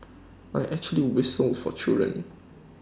I actually whistle for children